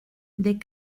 des